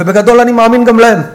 ובגדול אני מאמין גם להם.